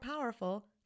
powerful